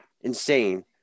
insane